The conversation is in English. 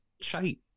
Shite